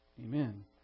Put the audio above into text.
Amen